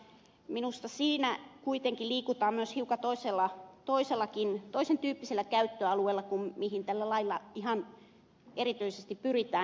minusta siinä kuitenkin liikutaan myös hiukan toisentyyppisellä käyttöalueella kuin mihin tällä lailla ihan erityisesti pyritään